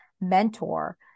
mentor